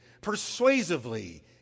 persuasively